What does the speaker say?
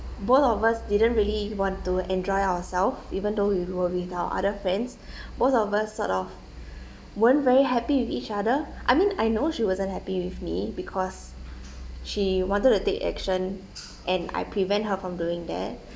both of us didn't really want to enjoy ourself even though we were with our other friends most of us sort of weren't very happy with each other I mean I know she wasn't happy with me because she wanted to take action and I prevent her from doing that